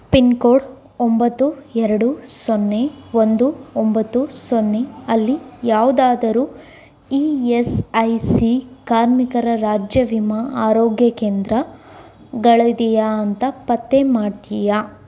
pin code ಒಂಬತ್ತು ಎರಡು ಸೊನ್ನೆ ಒಂದು ಒಂಬತ್ತು ಸೊನ್ನೆ ಅಲ್ಲಿ ಯಾವುದಾದರು ಇ ಯಸ್ ಐ ಸಿ ಕಾರ್ಮಿಕರ ರಾಜ್ಯ ವಿಮಾ ಆರೋಗ್ಯ ಕೇಂದ್ರಗಳಿದೆಯಾ ಅಂತ ಪತ್ತೆ ಮಾಡ್ತೀಯಾ